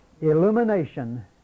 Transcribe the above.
Illumination